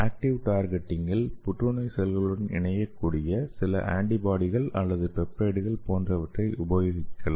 active டார்கெட்டிங்கில் புற்றுநோய் செல்களுடன் இணையக் கூடிய சில ஆன்டிபாடிகள் அல்லது பெப்டைடுகள் போன்றவற்றை உபயோகிக்கலாம்